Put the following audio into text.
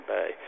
Bay